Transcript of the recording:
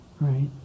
right